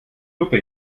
lupe